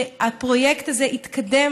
כדי הפרויקט הזה יתקדם.